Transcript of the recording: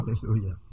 Hallelujah